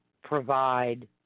provide